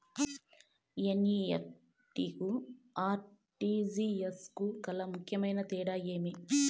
NEFT కు RTGS కు గల ముఖ్యమైన తేడా ఏమి?